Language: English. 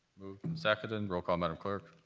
moved and seconded. and roll call, madam clerk.